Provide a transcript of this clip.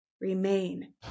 remain